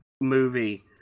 movie